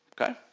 Okay